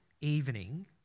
evening